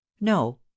no